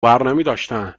برنمیداشتن